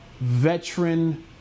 veteran